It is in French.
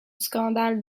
scandale